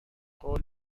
قول